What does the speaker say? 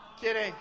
Kidding